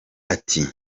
ati